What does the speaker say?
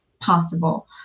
possible